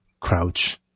crouch